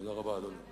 תודה רבה, אדוני.